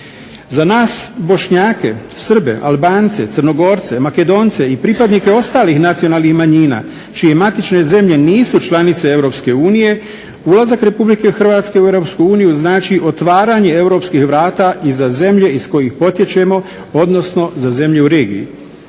Za nas Bošnjake, Srbe, Albance, Crnogorce, Makedonce i pripadnike ostalih nacionalnih manjina čije matične zemlje nisu članice EU, ulazak RH u EU znači otvaranje europskih vrata i za zemlje iz kojih potječemo odnosno za zemlje u regiji.